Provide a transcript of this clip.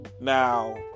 Now